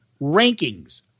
rankings